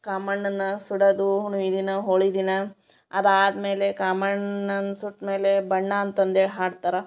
ಕಾಮಣ್ಣನ ಸುಡೋದು ಹುಣ್ಮೆ ದಿನ ಹೋಳಿ ದಿನ ಅದು ಆದಮೇಲೆ ಕಾಮಣ್ಣನ ಸುಟ್ಟು ಮೇಲೆ ಬಣ್ಣ ಅಂತಂದು ಹೇಳ್ ಆಡ್ತರ